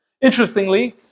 Interestingly